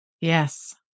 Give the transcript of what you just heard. Yes